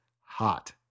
hot